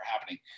happening